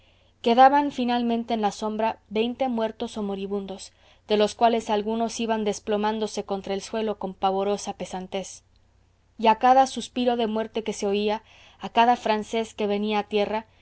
quedaban finalmente en la sombra veinte muertos o moribundos de los cuales algunos iban desplomándose contra el suelo con pavorosa pesantez y a cada suspiro de muerte que se oía a cada francés que venía a tierra